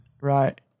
Right